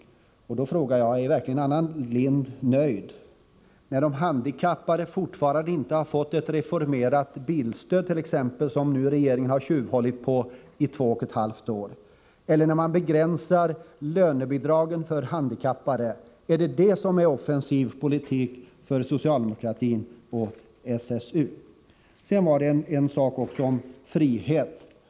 Jag vill då fråga: Är verkligen Anna Lindh nöjd när t.ex. de handikappade fortfarande inte har fått ett reformerat bilstöd, något som regeringen har tjuvhållit på i två och ett halvt år, eller när man begränsar lönebidragen för handikappade? Är det offensiv politik för socialdemokratin och SSU? Sedan kom Anna Lindh in på talet om frihet.